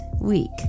week